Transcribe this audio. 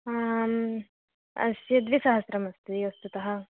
आं अस्य द्विसहस्रमस्ति वस्तुतः